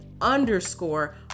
underscore